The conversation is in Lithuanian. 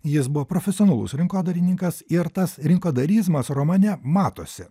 jis buvo profesionalus rinkodarininkas ir tas rinkodarizmas romane matosi